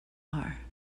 are